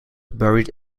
buried